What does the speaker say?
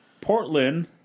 Portland